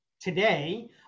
today